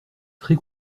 très